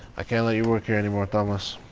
i can't let you work here anymore, thomas.